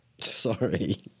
Sorry